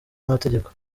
n’amategeko